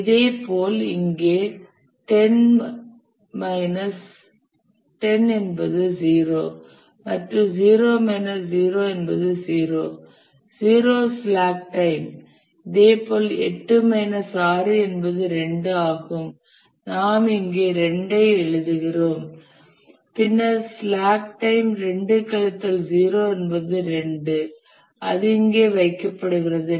இதேபோல் இங்கே 10 மைனஸ் 10 என்பது 0 மற்றும் 0 மைனஸ் 0 என்பது 0 0 ஸ்லாக் டைம் மற்றும் இதேபோல் 8 மைனஸ் 6 என்பது 2 ஆகும் நாம் இங்கே 2 ஐ எழுதுகிறோம் பின்னர் ஸ்லாக் டைம் 2 கழித்தல் 0 என்பது 2 அது இங்கே வைக்கப்படுகிறது